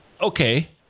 okay